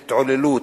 התעללות,